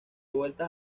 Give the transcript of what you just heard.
vuelta